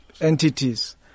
entities